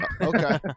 Okay